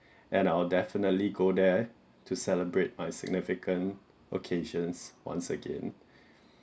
and I'll definitely go there to celebrate on significant occasions once again